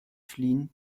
fliehen